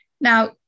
Now